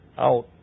out